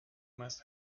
must